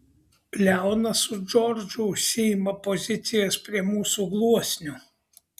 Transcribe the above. leonas su džordžu užsiima pozicijas prie mūsų gluosnio